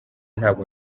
ntabwo